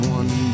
one